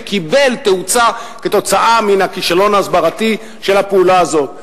שקיבל תאוצה כתוצאה מהכישלון ההסברתי של הפעולה הזאת.